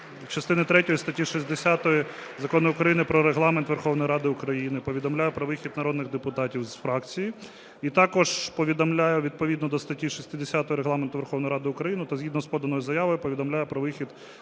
третьої статті 60 Закону України «Про Регламент Верховної Ради України» повідомляю про вихід народних депутатів з фракції. І також повідомляю: відповідно до статті 60 «Регламенту Верховної Ради України» та згідно з поданою заявою повідомляю про вихід народного депутата України